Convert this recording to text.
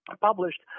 Published